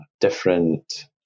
different